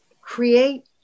create